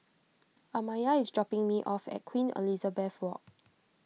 Amaya is dropping me off at Queen Elizabeth Walk